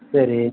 சரி